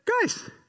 guys